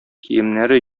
киемнәре